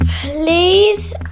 Please